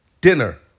dinner